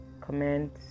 comment